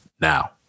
now